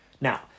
Now